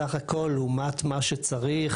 בסך הכול לעומת מה שצריך,